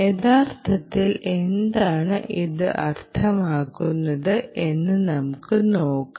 യഥാർത്ഥത്തിൽ എന്താണ് ഇത് അർത്ഥമാക്കുന്നത് എന്ന് നമുക്ക് നോക്കാം